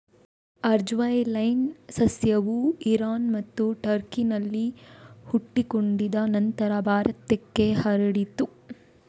ಅಜ್ವೈನ್ ಸಸ್ಯವು ಇರಾನ್ ಮತ್ತು ಟರ್ಕಿನಲ್ಲಿ ಹುಟ್ಟಿಕೊಂಡಿದೆ ನಂತರ ಭಾರತಕ್ಕೆ ಹರಡಿತು